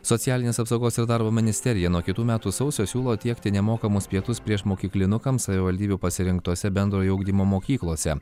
socialinės apsaugos ir darbo ministerija nuo kitų metų sausio siūlo tiekti nemokamus pietus priešmokyklinukams savivaldybių pasirinktose bendrojo ugdymo mokyklose